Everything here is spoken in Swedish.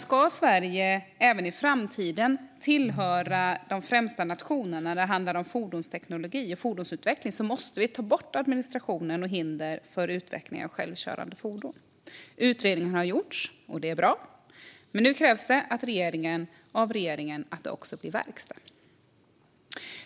Ska Sverige även i framtiden tillhöra de främsta nationerna när det handlar om fordonsteknologi och fordonsutveckling måste vi ta bort administrativa hinder för utveckling av självkörande fordon. Utredningar har gjorts, och det är bra, men nu krävs det av regeringen att det också blir verkstad.